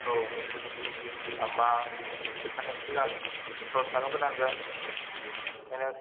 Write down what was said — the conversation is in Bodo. औ होम्बा साननैसो सिगां खरस खालामग्रोनांगोन ओंखायनो